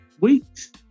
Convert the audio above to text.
weeks